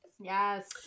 Yes